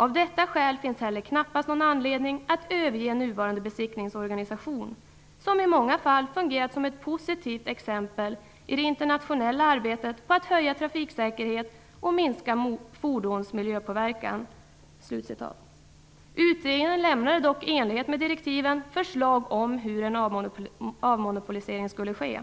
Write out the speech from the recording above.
Av detta skäl finns heller knappast någon anledning att överge nuvarande besiktningsorganisation, som i många fall fungerat som ett positivt exempel i det internationella arbetet på att höja trafiksäkerhet och minska fordonens miljöpåverkan. Utredningen lämnade dock i enlighet med direktiven förslag om hur en avmonopolisering skulle ske.